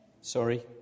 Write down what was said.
Sorry